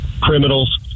criminals